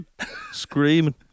Screaming